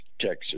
Texas